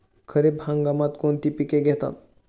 खरीप हंगामात कोणती पिके घेतात?